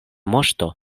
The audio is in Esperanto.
moŝto